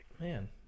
Man